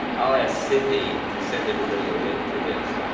i'll ask cindy to send everybody a link to this.